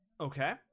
Okay